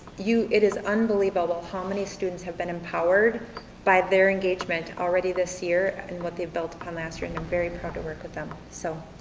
it is unbelievable how many students have been empowered by their engagement already this year and what they built upon last year and i'm very proud to work with them so,